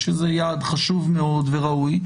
שזה יעד חשוב מאוד וראוי.